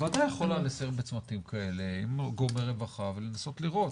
הוועדה יכולה לסייר בצמתים כאלה עם גורמי רווחה ולנסות לראות.